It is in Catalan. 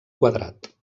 quadrat